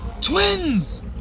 Twins